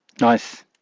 nice